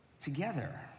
together